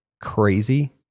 crazy